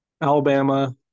Alabama